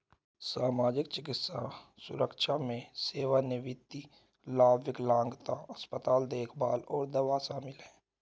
सामाजिक, चिकित्सा सुरक्षा में सेवानिवृत्ति लाभ, विकलांगता, अस्पताल देखभाल और दवाएं शामिल हैं